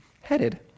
headed